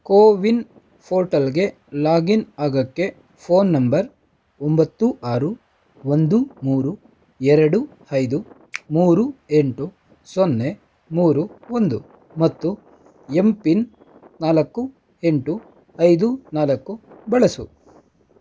ಕೋವಿನ್ ಫೋರ್ಟಲ್ಗೆ ಲಾಗಿನ್ ಆಗೋಕ್ಕೆ phone number ಒಂಬತ್ತು ಆರು ಒಂದು ಮೂರು ಎರಡು ಐದು ಮೂರು ಎಂಟು ಸೊನ್ನೆ ಮೂರು ಒಂದು ಮತ್ತು ಎಮ್ ಪಿನ್ ನಾಲ್ಕು ಎಂಟು ಐದು ನಾಲ್ಕು ಬಳಸು